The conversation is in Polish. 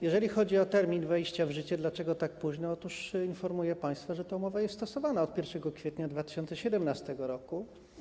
Jeżeli chodzi o termin wejścia w życie, o to, dlaczego tak późno, otóż informuję państwa, że ta umowa jest stosowana od 1 kwietnia 2017 r.